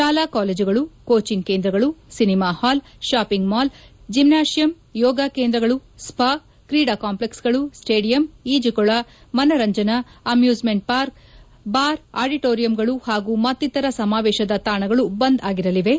ಶಾಲಾ ಕಾಲೇಜುಗಳು ಕೋಚಿಂಗ್ ಕೇಂದ್ರಗಳು ಸಿನಿಮಾ ಪಾಲ್ ಗಳು ಶಾಪಿಂಗ್ ಮಾಲ್ ಗಳು ಜೆಮ್ನಾಷಿಯಂ ಯೋಗ ಕೇಂದ್ರಗಳು ಸ್ಪಾ ಕ್ರೀಡಾ ಕಾಂಪ್ಲೆಕ್ಸ್ ಗಳು ಸ್ವೇಡಿಯಂ ಈಜುಕೋಳ ಮನರಂಜನಾ ಅಮ್ಯೂಸ್ ಮೆಂಟ್ ಪಾರ್ಕ್ ಬಾರ್ ಆಡಿಟೋರಿಯಂಗಳು ಹಾಗೂ ಮತ್ತಿತರ ಸಮಾವೇಶದ ತಾಣಗಳು ಬಂದ್ ಆಗಿರಲಿವೆ